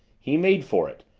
he made for it,